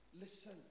listen